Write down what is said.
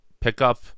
pickup